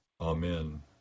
Amen